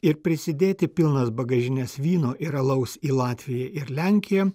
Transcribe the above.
ir prisidėti pilnas bagažines vyno ir alaus į latviją ir lenkiją